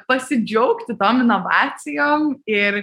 pasidžiaugti tom inovacijom ir